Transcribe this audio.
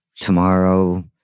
tomorrow